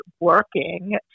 working